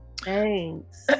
Thanks